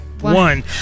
one